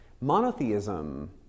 Monotheism